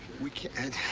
we can't